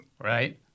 right